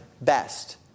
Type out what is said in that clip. best